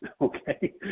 okay